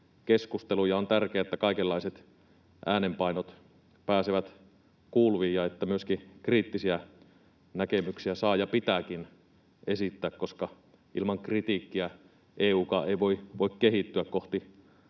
keskusteluun, ja on tärkeää, että kaikenlaiset äänenpainot pääsevät kuuluviin ja että myöskin kriittisiä näkemyksiä saa ja pitääkin esittää, koska ilman kritiikkiä EU:kaan ei voi kehittyä kohti